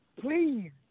Please